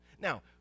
Now